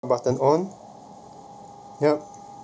button on yup